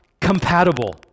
compatible